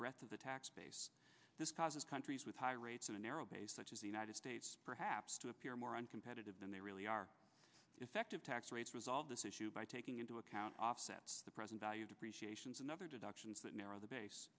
breath of the tax base this causes countries with high rates on a narrow base such as the united states perhaps to appear more uncompetitive than they really are effective tax rates resolve this issue by taking into account offsets the present value depreciations and other deductions that narrow the base